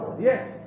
Yes